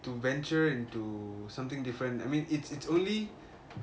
to venture into something different I mean it's it's it's only